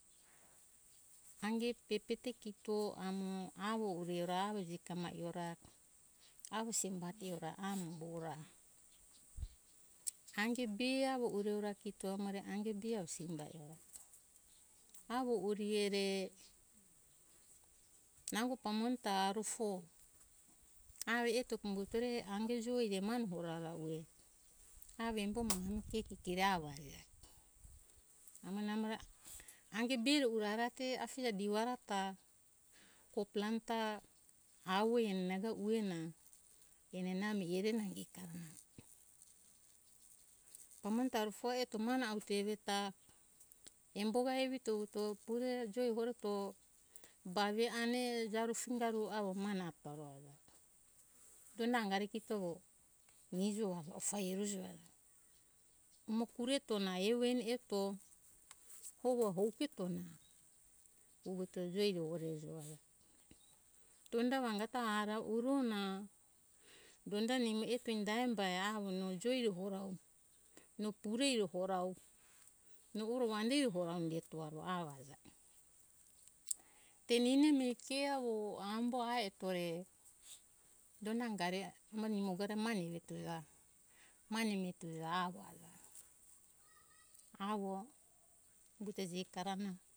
Ange be be te kito amo avo ure ora avo gijama ue ora avo simbati ue ora ami ora ange be avo ure ora kito re amo ange be avo simba e ora avo uri e ore nango pamone ta arufo avo eto pambutore ange joi re mane purara ue avo embo mane keti keri e ora amo namo ange be urara te afija divara ta coplan ta avo enana ga ue na enana mi hirikatona pamone ta arufo eto mane auto eve ta embo ga eveto pure ta horeto ba ve ane jaru singa ru avo mane atora donda angari kito mihijo ofai mirijo umo kure to na eni eto hova houketo na puveto joi na pure ero ra donda angato ara nango uro na donda nimo eto india embo avo noi joi hora no pure ora no oro vande eto ora avo te eni emi ke avo ambo ai etore donda angari mane ungona mane miretuja avo umbuto jikarena